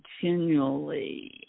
continually